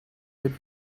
with